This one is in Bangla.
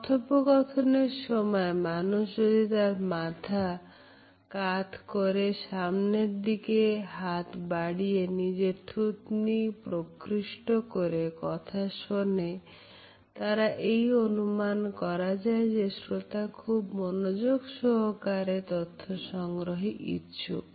কথোপকথন সময় মানুষ যদি তার মাথা কাত করে সামনের দিকে হাত বাড়িয়ে নিজের থুতনি প্রকৃষ্ট করে কথা শুনে তারা এই অনুমান করা যায় যে শ্রোতা খুব মনোযোগ সহকারে তথ্য সংগ্রহে ইচ্ছুক